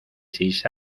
seis